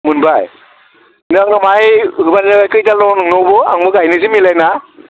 मोनबाय नों बाहाय होबानो जाबाय खैदाल दङ नोंनावबो आंबो गायगोन सानैजों मिलायना